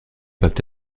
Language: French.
peuvent